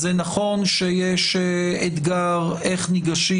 זה נכון שיש אתגר איך ניגשים,